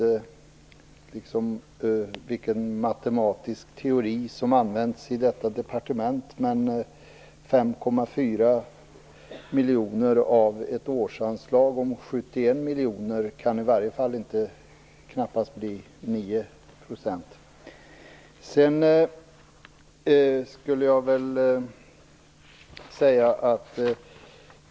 Jag vet inte vilken matematisk teori som används i detta departement, men 5,4 miljoner av ett årsanslag på 71 miljoner kan knappast bli 9 %.